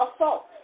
assault